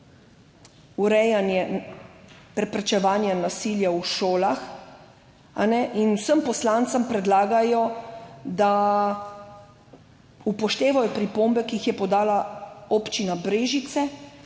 urejanje, preprečevanja nasilja v šolah in vsem poslancem predlagajo, da upoštevajo pripombe, ki jih je podala Občina Brežice,